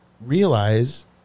Realize